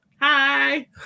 hi